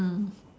mm